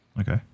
Okay